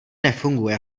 nefunguje